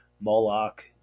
Moloch